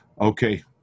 Okay